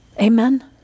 Amen